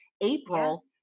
April